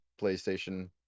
PlayStation